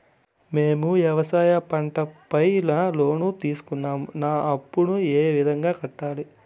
మేము వ్యవసాయ పంట పైన లోను తీసుకున్నాం నా అప్పును ఏ విధంగా కట్టాలి